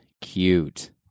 cute